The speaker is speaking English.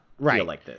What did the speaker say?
right